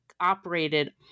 operated